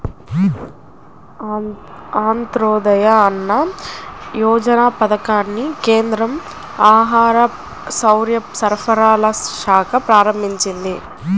అంత్యోదయ అన్న యోజన పథకాన్ని కేంద్ర ఆహార, పౌరసరఫరాల శాఖ ప్రారంభించింది